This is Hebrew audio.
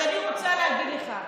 אז אני רוצה להגיד לך,